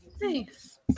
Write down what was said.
thanks